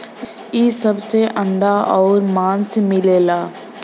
इ सब से अंडा आउर मांस मिलला